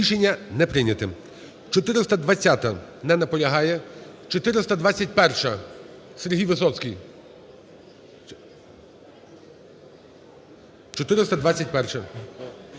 Рішення не прийняте. 420-а. Не наполягає. 421-а. Сергій Висоцький. 421-а.